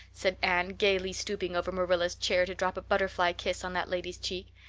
said anne gaily stooping over marilla's chair to drop a butterfly kiss on that lady's cheek.